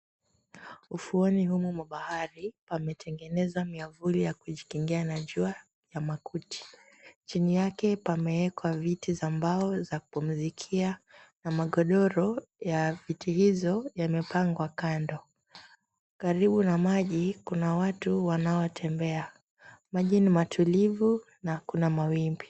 Ufuoni humu mwa bahari pametengenezwa miavuli ya kujikingia na mvua ya makuti. Chini yake pamewekwa viti za mbao za kupumzikia na magodoro ya viti hizo yamepangwa kando. Karibu na maji kuna watu wanaotembea, maji ni matulivu na kuna mawimbi.